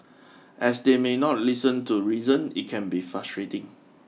as they may not listen to reason it can be frustrating